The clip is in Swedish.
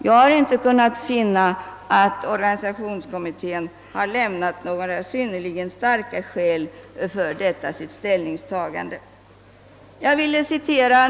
Jag har inte kunnat finna att organisationsutredningen har angivit några synnerligen starka skäl för detta förfarande.